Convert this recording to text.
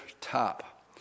top